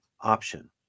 option